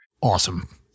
Awesome